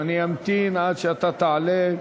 אני אמתין עד שאתה תעלה.